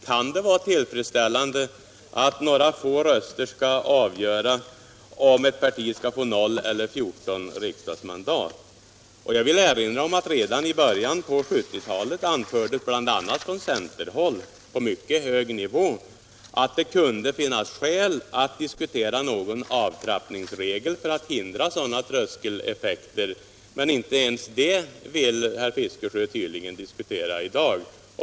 Kan det vara tillfredsställande att några få röster skall avgöra om ett parti skall få 0 eller 14 riksdagsmandat? Jag vill erinra om att redan i början av 1970-talet anfördes, bl.a. från centerhåll på mycket hög nivå, att det kunde finnas skäl att diskutera någon avtrappningsregel för att hindra tröskeleffekter. Men inte ens det vill herr Fiskesjö tydligen diskutera i dag.